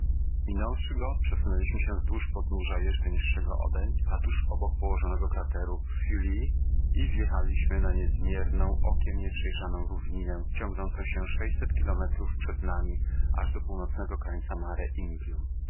minąwszy go przesunęliśmy się wzdłuż podnóża jeszcze niższego odeń a tuż obok położonego krateru feuille i wjechaliśmy na niezmierną okiem nieprzejrzaną równinę ciągnącą się sześćset kilometrów przed nami aż do północnego krańca mare